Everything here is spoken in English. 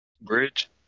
Bridge